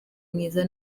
mwiza